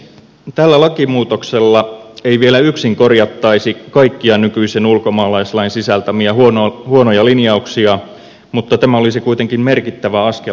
tällä lakimuutoksella ei vielä yksin korjattaisi kaikkia nykyisen ulkomaalaislain sisältämiä huonoja linjauksia mutta tämä olisi kuitenkin merkittävä askel oikeaan suuntaan